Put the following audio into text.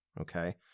okay